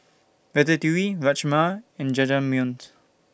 Ratatouille Rajma and Jajangmyeon